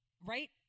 right